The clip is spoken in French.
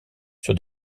sur